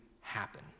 happen